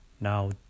Now